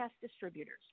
distributors